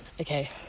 Okay